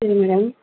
சரிங்க மேம்